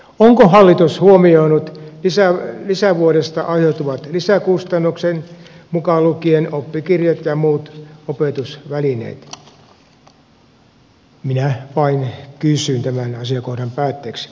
onko hallitus huomioinut lisävuodesta aiheutuvat lisäkustannukset mukaan lukien oppikirjat ja muut opetusvälineet minä vain kysyn tämän asiakohdan päätteeksi